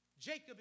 Jacob